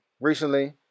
recently